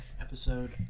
Episode